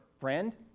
friend